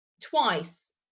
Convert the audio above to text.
twice